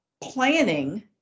planning